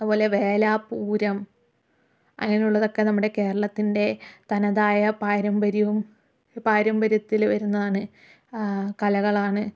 അതുപോലെ വേല പൂരം അങ്ങനെയുള്ളതൊക്കെ നമ്മുടെ കേരളത്തിൻ്റെ തനതായ പാരമ്പര്യവും പാരമ്പര്യത്തിൽ വരുന്നതാണ് കലകളാണ്